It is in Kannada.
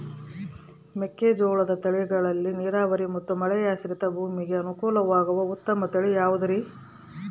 ಮೆಕ್ಕೆಜೋಳದ ತಳಿಗಳಲ್ಲಿ ನೇರಾವರಿ ಮತ್ತು ಮಳೆಯಾಶ್ರಿತ ಭೂಮಿಗೆ ಅನುಕೂಲವಾಗುವ ಉತ್ತಮ ತಳಿ ಯಾವುದುರಿ?